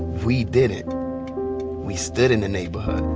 we didn't. we stood in the neighborhood,